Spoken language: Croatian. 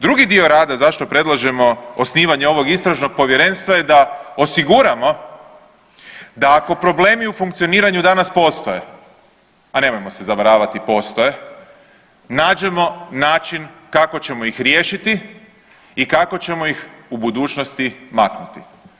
Drugi dio rada zašto predlažemo osnivanje ovog istražnog povjerenstva je da osiguramo da ako problemi u funkcioniranju danas postoje, a nemojmo se zavaravati postoje, nađemo način kako ćemo ih riješiti i kako ćemo ih u budućnosti maknuti.